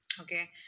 okay